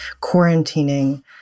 quarantining